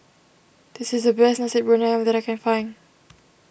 this is the best Nasi Briyani Ayam that I can find